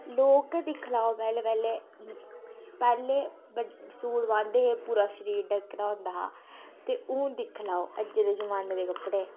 लोक गै दिक्खी लैओ पैह्लें पैह्लें पैह्ले बड सूट पांदे हे पूरा शरीर ढके दा होंदा हा ते हून दिक्खी लैओ अज्जे दे जमाने दे कपड़े